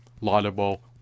laudable